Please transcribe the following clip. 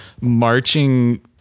marching